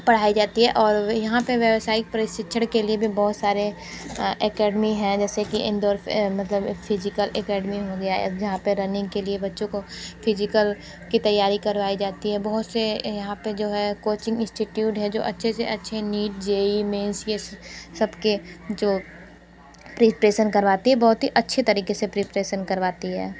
पढ़ाई जाती है और यहाँ पर व्यावसायिक प्रशिक्षण के लिए भी बहुत सारे एकेडमी हैं जैसे कि इंदौर मतलब फिजिकल अकैडमी हो गया है जहाँ पर रनिंग के लिए बच्चों को फिजिकल की तैयारी करवाई जाती है बहुत से यहाँ पर जो है कोचिंग इंस्टिट्यूट हैं जो अच्छे से अच्छे नीट जेई मैंस ये सब के जो प्रिपरेशन करवाती है बहुत ही अच्छे तरीक़े से प्रिपरेशन करवाते हैं